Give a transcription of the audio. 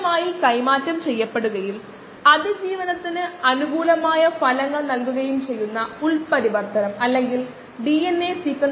303kdxv0xv xv0xv എന്നത് എടുക്കുന്ന സമയത്തെ പറ്റി നമുക്ക് ധാരണയുണ്ട് അത് 5 ആണ്